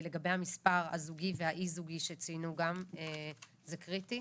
לגבי המספר הזוגי והאי זוגי שציינו גם, זה קריטי.